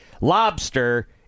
lobster